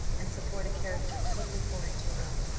and support a character totally foreign to her own.